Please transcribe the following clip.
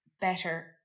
better